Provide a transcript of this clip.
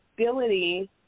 ability